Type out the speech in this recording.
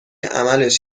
عملش